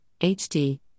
HD